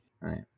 right